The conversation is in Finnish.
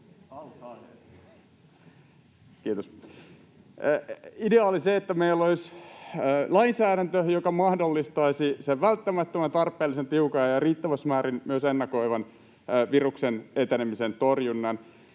sulkeutuu] — Kiitos. Idea oli se, että meillä olisi lainsäädäntö, joka mahdollistaisi sen välttämättömän, tarpeellisen, tiukan ja riittävässä määrin myös ennakoivan viruksen etenemisen torjunnan.